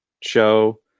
show